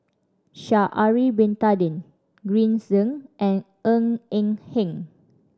Sha'ari Bin Tadin Green Zeng and Ng Eng Hen